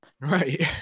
right